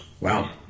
Wow